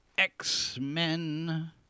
X-Men